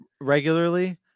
regularly